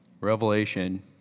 Revelation